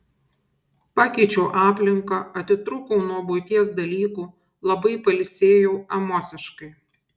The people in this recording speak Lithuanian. pakeičiau aplinką atitrūkau nuo buities dalykų labai pailsėjau emociškai